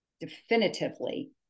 definitively